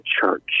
Church